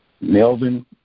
Melvin